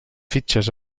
fitxes